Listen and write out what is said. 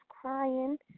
crying